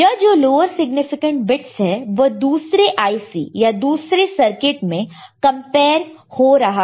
यह जो lower significant bits है वह दूसरे IC या दूसरे सर्किट में कंपेयर हो रहा है